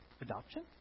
adoption